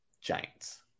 Giants